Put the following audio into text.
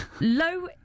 low